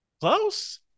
Close